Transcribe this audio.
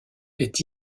est